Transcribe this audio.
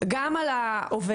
גם על העובד,